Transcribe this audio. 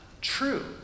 true